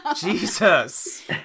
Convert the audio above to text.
Jesus